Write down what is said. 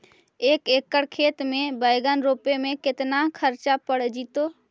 एक एकड़ खेत में बैंगन रोपे में केतना ख़र्चा पड़ जितै?